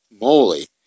moly